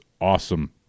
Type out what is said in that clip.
awesome